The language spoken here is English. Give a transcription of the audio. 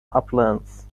uplands